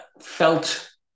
felt